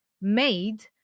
made